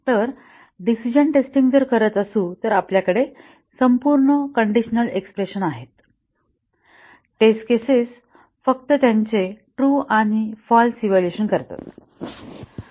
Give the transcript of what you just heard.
तरडिसिजण testing जर करत असू तर आपल्याकडे संपूर्ण कंडिशनल एक्स्प्रेशन आहे टेस्ट केसेस फक्त त्यांचे ट्रू आणि फाल्स इव्हॅल्युएशन करतात